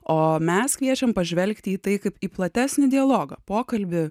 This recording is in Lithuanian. o mes kviečiam pažvelgti į tai kaip į platesnį dialogą pokalbį